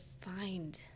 find